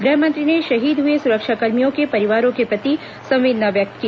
गृहमंत्री ने शहीद हुए सुरक्षाकर्मियों के परिवारों के प्रति संवेदना व्यक्त की